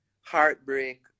heartbreak